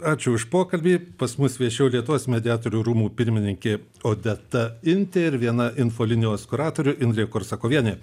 ačiū už pokalbį pas mus viešėjo lietuvos mediatorių rūmų pirmininkė odeta intė ir viena infolinijos kuratorių indrė korsakovienė